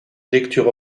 lecture